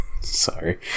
Sorry